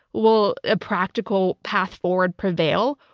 will a practical path forward prevail?